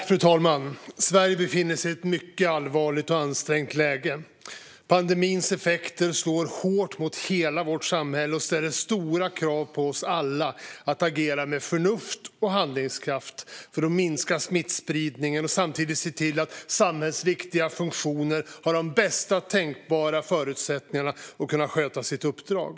Fru talman! Sverige befinner sig i ett mycket allvarligt och ansträngt läge. Pandemins effekter slår hårt mot hela vårt samhälle och ställer stora krav på oss alla att agera med förnuft och handlingskraft för att minska smittspridningen och samtidigt se till att samhällsviktiga funktioner har de bästa tänkbara förutsättningarna att sköta sitt uppdrag.